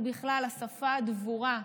ובכלל השפה הדבורה,